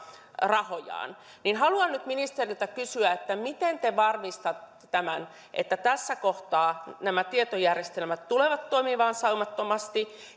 rahojaan haluan nyt ministeriltä kysyä miten te varmistatte tämän että tässä kohtaa nämä tietojärjestelmät tulevat toimimaan saumattomasti